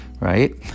Right